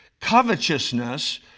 covetousness